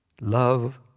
love